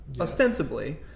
ostensibly